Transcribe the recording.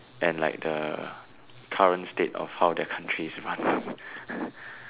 and like the current state of how their country is runned